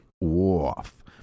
off